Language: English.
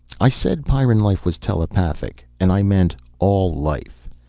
i said pyrran life was telepathic and i meant all life.